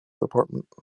department